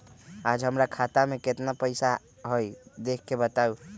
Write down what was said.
आज हमरा खाता में केतना पैसा हई देख के बताउ?